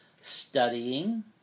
studying